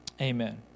amen